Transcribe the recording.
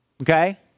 okay